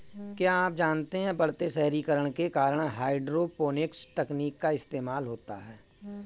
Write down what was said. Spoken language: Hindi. क्या आप जानते है बढ़ते शहरीकरण के कारण हाइड्रोपोनिक्स तकनीक का इस्तेमाल होता है?